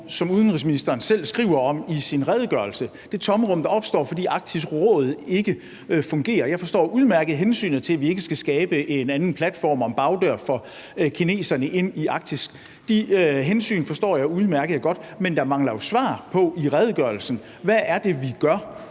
som udenrigsministeren selv skriver om i sin redegørelse – det tomrum, der opstår, fordi Arktisk Råd ikke fungerer. Jeg forstår udmærket hensynet til, at vi ikke skal skabe en anden platform og en bagdør for kineserne ind i Arktis. De hensyn forstår jeg udmærket godt, men der mangler jo svar på i redegørelsen, hvad det er, vi gør